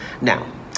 Now